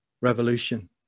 revolution